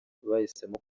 bahisemo